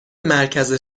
مرکز